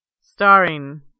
starring